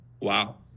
Wow